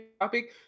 topic